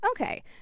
Okay